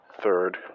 third